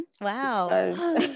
Wow